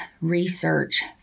research